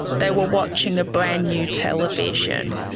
they were watching a brand-new television,